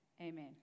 amen